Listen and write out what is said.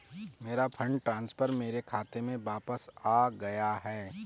मेरा fund transfer मेरे खाते में वापस आ गया है